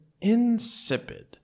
insipid